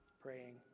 praying